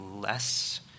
less